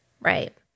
right